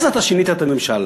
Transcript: אז אתה שינית את שיטת הממשל.